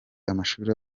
amashuri